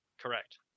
Correct